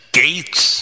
gates